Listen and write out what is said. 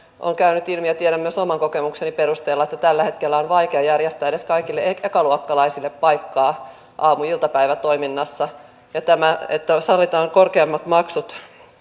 on käynyt ilmi ja tiedän myös oman kokemukseni perusteella että tällä hetkellä on vaikea järjestää edes kaikille ekaluokkalaisille paikkaa aamu ja iltapäivätoiminnassa ja tämä että sallitaan korkeammat maksut